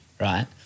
right